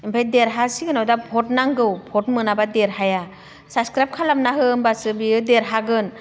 ओमफ्राय देरहासिगोनाव दा भट नांगौ भट मोनाब्ला देरहाया साबसक्राइब खालामना हो होमब्लासो बेयो देरहागोन